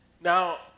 Now